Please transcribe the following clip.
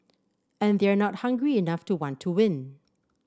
and they're not hungry enough to want to win